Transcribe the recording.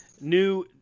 new